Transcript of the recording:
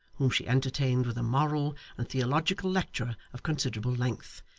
whom she entertained with a moral and theological lecture of considerable length,